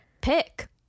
pick